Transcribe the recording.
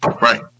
Right